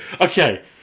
Okay